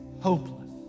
hopeless